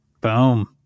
Boom